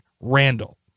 Randall